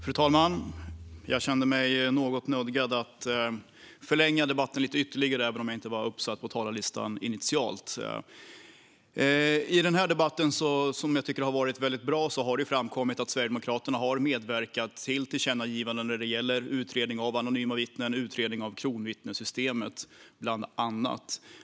Fru talman! Jag känner mig något nödgad att förlänga debatten lite ytterligare, även om jag inte var uppsatt på talarlistan initialt. I den här debatten, som jag tycker har varit väldigt bra, har det framkommit att Sverigedemokraterna har medverkat till tillkännagivanden när det gäller utredning av anonyma vittnen och utredning av kronvittnessystemet, bland annat.